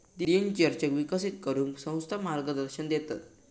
दिनचर्येक विकसित करूक संस्था मार्गदर्शन देतत